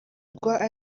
rwa